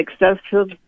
excessive